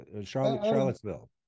Charlottesville